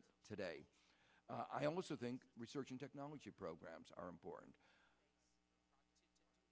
it today i also think research and technology programs are important